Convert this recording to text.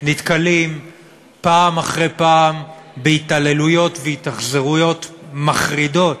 נתקלים פעם אחרי פעם בהתעללויות והתאכזרויות מחרידות